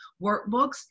workbooks